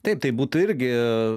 taip tai būtų irgi